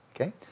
Okay